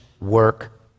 work